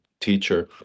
teacher